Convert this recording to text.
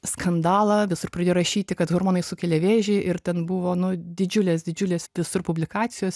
skandalą visur pradėjo rašyti kad hormonai sukelia vėžį ir ten buvo nu didžiulės didžiulės visur publikacijos